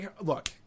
look